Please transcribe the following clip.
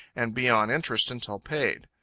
and be on interest until paid.